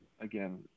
again